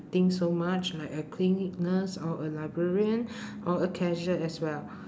think so much like a clinic nurse or a librarian or a cashier as well